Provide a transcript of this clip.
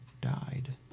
died